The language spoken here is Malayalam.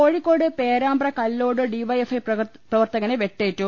Kozhikode Perambra Kallode D Y F I പ്രവർത്ത കന് വെട്ടേറ്റു